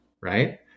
Right